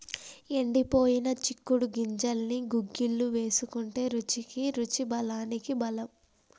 ఎండిపోయిన చిక్కుడు గింజల్ని గుగ్గిళ్లు వేసుకుంటే రుచికి రుచి బలానికి బలం